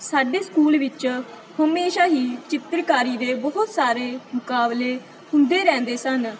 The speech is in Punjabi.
ਸਾਡੇ ਸਕੂਲ ਵਿੱਚ ਹਮੇਸ਼ਾ ਹੀ ਚਿੱਤਰਕਾਰੀ ਦੇ ਬਹੁਤ ਸਾਰੇ ਮੁਕਾਬਲੇ ਹੁੰਦੇ ਰਹਿੰਦੇ ਸਨ